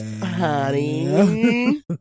Honey